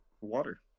Water